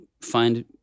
find